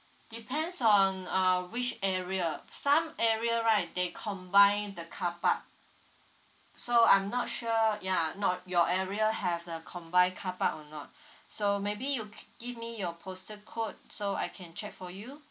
depends on uh which area some area right they combine the car park so I'm not sure ya not your area have the combined carpark or not so maybe you c~ give me your postal code so I can check for you